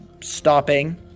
stopping